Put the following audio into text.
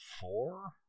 four